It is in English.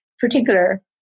particular